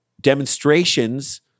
demonstrations